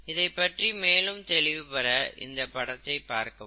இதைப்பற்றி மேலும் தெளிவு பெற இந்த படத்தை பார்க்கவும்